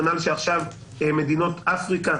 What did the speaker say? מדינות אפריקה